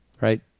right